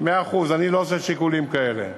מאה אחוז, אני לא עושה שיקולים כאלה.